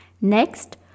Next